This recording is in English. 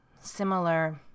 similar